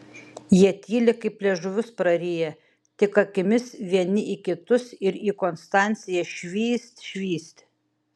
jie tyli kaip liežuvius prariję tik akimis vieni į kitus ir į konstanciją švyst švyst